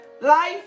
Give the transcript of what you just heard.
life